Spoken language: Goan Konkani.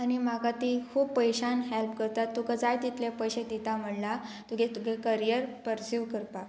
आनी म्हाका ती खूब पयशान हेल्प करता तुका जाय तितले पयशे दिता म्हणल्यार तुगे तुगे करियर पर्स्यू करपाक